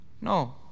No